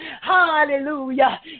Hallelujah